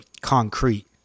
concrete